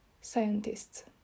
scientists